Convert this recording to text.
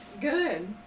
Good